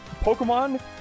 Pokemon